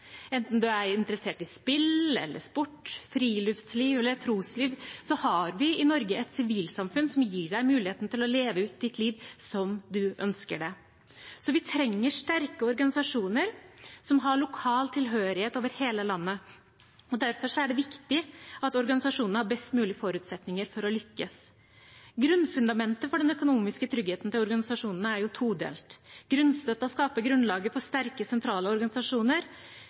Enten man er interessert i spill, sport, friluftsliv eller trosliv, har vi i Norge et sivilsamfunn som gir en muligheten til å leve ut sitt liv som man ønsker det. Vi trenger sterke organisasjoner som har lokal tilhørighet over hele landet. Derfor er det viktig at organisasjonene har best mulig forutsetninger for å lykkes. Grunnfundamentet for den økonomiske tryggheten til organisasjonene er todelt. Grunnstøtten skaper grunnlaget for sterke sentrale organisasjoner,